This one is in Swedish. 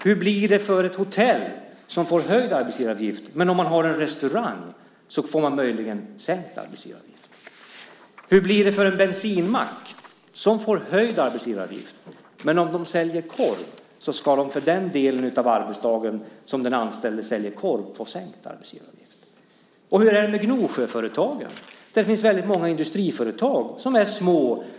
Hur blir det för ett hotell, som får höjd arbetsgivaravgift, om man har en restaurang? Då får man möjligen sänkt arbetsgivaravgift. Hur blir det för en bensinmack, som får höjd arbetsgivaravgift? Men om den säljer korv ska man för den delen av arbetsdagen som den anställde säljer korv få sänkt arbetsgivaravgift. Och hur är det med Gnosjöföretagen? Det finns många industriföretag i Gnosjö som är små.